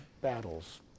battles